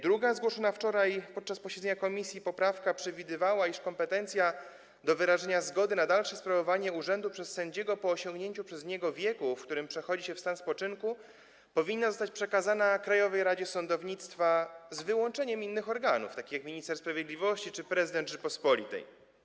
Druga poprawka, zgłoszona wczoraj podczas posiedzenia komisji, przewidywała, iż kompetencja do wyrażenia zgody na dalsze sprawowanie urzędu przez sędziego po osiągnięciu przez niego wieku, w którym przechodzi się w stan spoczynku, powinna zostać przekazana Krajowej Radzie Sądownictwa z wyłączeniem innych organów, takich jak minister sprawiedliwości czy prezydent Rzeczypospolitej.